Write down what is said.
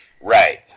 Right